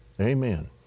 Amen